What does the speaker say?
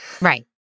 Right